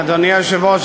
אדוני היושב-ראש,